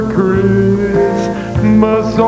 Christmas